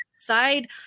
side